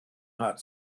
hot